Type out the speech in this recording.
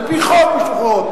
על-פי חוק משוחררות,